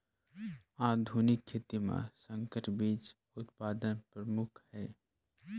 आधुनिक खेती म संकर बीज उत्पादन प्रमुख हे